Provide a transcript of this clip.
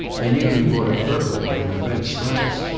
i nearly bought a purple one, with red stripes.